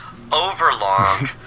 overlong